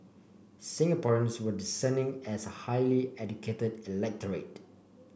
Singaporeans were discerning as a highly educated electorate